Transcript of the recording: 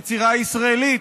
יצירה ישראלית.